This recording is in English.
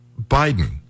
Biden